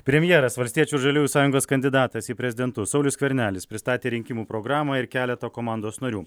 premjeras valstiečių ir žaliųjų sąjungos kandidatas į prezidentus saulius skvernelis pristatė rinkimų programą ir keletą komandos narių